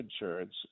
insurance